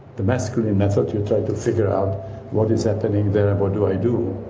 the masculine and method you try to figure out what is happening there and what do i do?